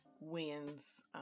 wins